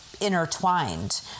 intertwined